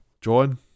John